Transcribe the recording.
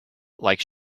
like